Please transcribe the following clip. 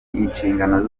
inshingano